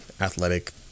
athletic